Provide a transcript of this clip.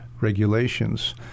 regulations